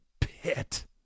pit